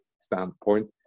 standpoint